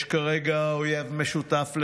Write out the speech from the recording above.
יש כרגע אויב משותף לכולנו: